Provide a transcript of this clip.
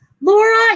Laura